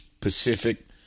Pacific